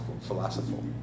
philosophical